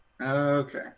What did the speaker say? Okay